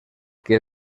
que